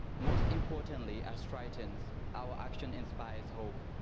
most importantly as tritons our action inspires hope,